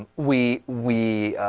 we we